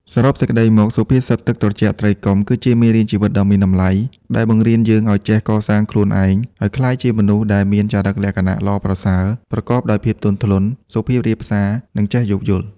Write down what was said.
សរុបសេចក្តីមក សុភាសិត ទឹកត្រជាក់ ត្រីកុំ គឺជាមេរៀនជីវិតដ៏មានតម្លៃ ដែលបង្រៀនយើងឱ្យចេះកសាងខ្លួនឯងឱ្យក្លាយជាមនុស្សដែលមានចរិតលក្ខណៈល្អប្រសើរ ប្រកបដោយភាពទន់ភ្លន់ សុភាពរាបសារ និងចេះយោគយល់។